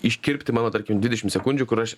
iškirpti mano tarkim dvidešim sekundžių kur aš